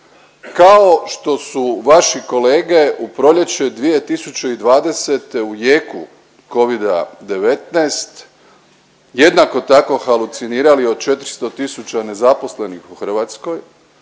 Kao što su vaši kolege u proljeće 2020. u jeku covida-19 jednako tako halucinirali o 400 tisuća nezaposlenih u Hrvatskoj,